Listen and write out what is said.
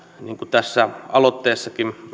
tässä aloitteessakin